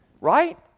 right